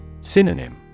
Synonym